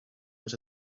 was